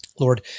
Lord